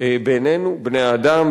בינינו בני-האדם,